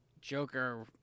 Joker